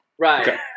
right